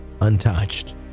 untouched